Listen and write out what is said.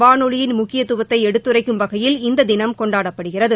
வானொலியின் முக்கியத்துவத்தைஎடுத்துரைக்கும் வகையில் இந்ததினம் கொண்டாடப்படுகிறது